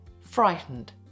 frightened